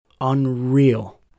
unreal